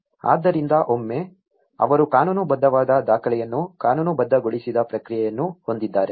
ಆದ್ದರಿಂದ ಒಮ್ಮೆ ಅವರು ಕಾನೂನುಬದ್ಧವಾದ ದಾಖಲೆಯನ್ನು ಕಾನೂನುಬದ್ಧಗೊಳಿಸಿದ ಪ್ರಕ್ರಿಯೆಯನ್ನು ಹೊಂದಿದ್ದಾರೆ